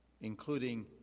including